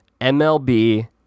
MLB